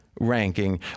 ranking